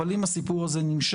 אבל אם הסיפור הזה נמשך,